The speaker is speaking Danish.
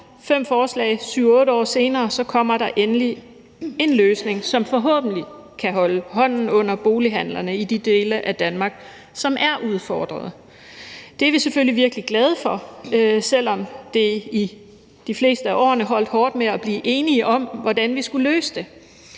fem forslag og 7-8 år senere, kommer der endelig en løsning, som forhåbentlig kan holde hånden under bolighandlerne i de dele af Danmark, som er udfordrede. Det er vi selvfølgelig virkelig glade for, selv om det i de fleste af årene holdt hårdt med at blive enige om, hvordan vi skulle løse det.